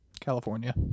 California